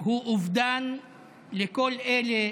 הוא אובדן לכל אלה